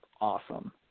awesome